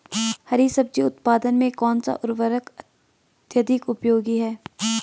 हरी सब्जी उत्पादन में कौन सा उर्वरक अत्यधिक उपयोगी है?